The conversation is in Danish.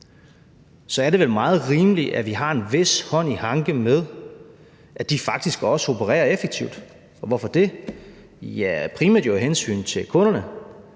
monopoler, meget rimeligt, at vi har en vis hånd i hanke med, at de faktisk også opererer effektivt. Og hvorfor det? Jo, primært af hensyn til kunderne,